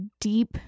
deep